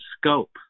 scope